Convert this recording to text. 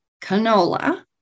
canola